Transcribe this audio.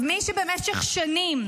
מי שבמשך שנים,